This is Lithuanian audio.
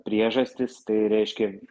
priežastys tai reiškia